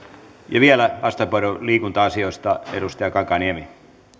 ja vielä vastauspuheenvuoro liikunta asioista edustaja kankaanniemi